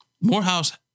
Morehouse